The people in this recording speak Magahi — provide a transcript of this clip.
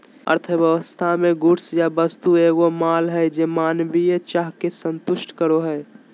अर्थव्यवस्था मे गुड्स या वस्तु एगो माल हय जे मानवीय चाह के संतुष्ट करो हय